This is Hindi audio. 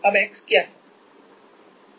अब x क्या है